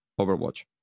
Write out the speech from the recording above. Overwatch